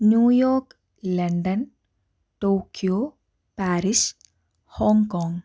New York London Tokyo Paris Hong Kong